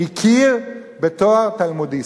הכיר בתואר תלמודיסט.